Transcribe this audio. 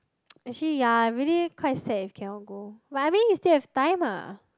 actually ya really quite sad eh if cannot go but I mean you still have time ah